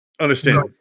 Understand